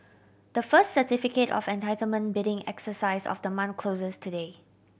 the first Certificate of Entitlement bidding exercise of the month closes today